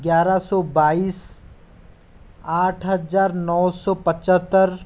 ग्यारह सौ बाईस आठ हजार नौ सौ पचहत्तर